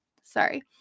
Sorry